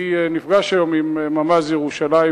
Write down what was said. אני נפגש היום עם ממ"ז ירושלים.